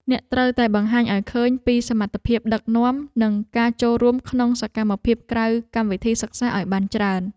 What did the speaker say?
អ្នកត្រូវតែបង្ហាញឱ្យឃើញពីសមត្ថភាពដឹកនាំនិងការចូលរួមក្នុងសកម្មភាពក្រៅកម្មវិធីសិក្សាឱ្យបានច្រើន។